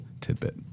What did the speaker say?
tidbit